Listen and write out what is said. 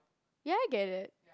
ya I get it